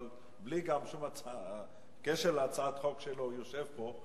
אבל גם בלי קשר להצעת החוק שלו הוא יושב פה.